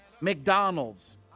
McDonald's